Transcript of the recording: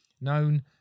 known